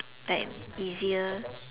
like easier